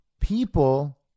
People